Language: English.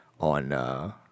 on